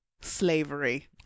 slavery